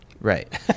Right